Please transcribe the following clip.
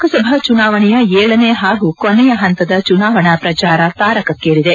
ಲೋಕಸಭಾ ಚುನಾವಣೆಯ ಏಳನೇ ಹಾಗೂ ಕೊನೆಯ ಹಂತದ ಚುನಾವಣಾ ಪ್ರಚಾರ ತಾರಕ್ಕೇರಿದೆ